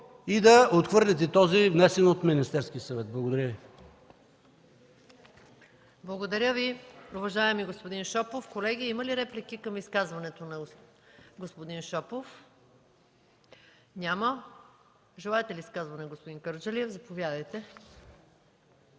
и да отхвърлите този, внесен от Министерския съвет. Благодаря Ви. ПРЕДСЕДАТЕЛ МАЯ МАНОЛОВА: Благодаря Ви, уважаеми господин Шопов. Колеги, има ли реплики към изказването на господин Шопов? Няма. Желаете ли изказване, господин Кърджалиев? Заповядайте.